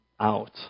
out